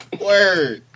Word